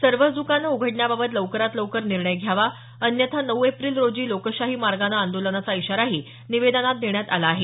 सर्वच दुकानं उघडण्याबाबत लवकरात लवकर निर्णय घ्यावा अन्यथा नऊ एप्रिल रोजी लोकशाही मार्गानं आंदोलनाचा इशाराही निवेदनात देण्यात आला आहे